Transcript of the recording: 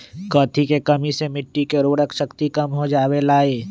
कथी के कमी से मिट्टी के उर्वरक शक्ति कम हो जावेलाई?